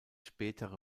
spätere